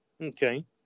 Okay